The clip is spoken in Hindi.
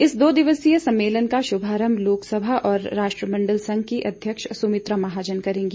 इस दो दिवसीय सम्मेलन का शुभारम्म लोकसभा और राष्ट्रमंडल संघ की अध्यक्ष सुमित्रा महाजन करेंगी